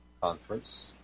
conference